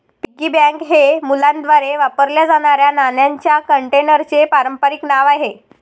piggy bank हे मुलांद्वारे वापरल्या जाणाऱ्या नाण्यांच्या कंटेनरचे पारंपारिक नाव आहे